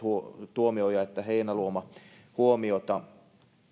tuomioja että heinäluoma huomiota